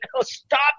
stop